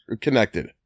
connected